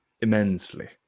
immensely